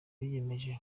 biyemeje